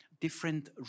different